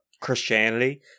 Christianity